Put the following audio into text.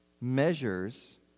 measures